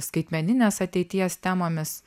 skaitmeninės ateities temomis